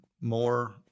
more